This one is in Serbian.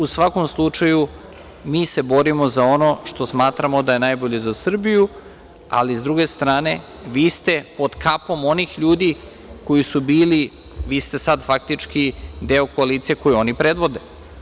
U svakom slučaju mi se borimo za ono što smatramo da je najbolje za Srbiju, ali sa druge strane vi ste pod kapom onih ljudi koji su bili, vi ste sad faktički deo koalicije koju oni predvode.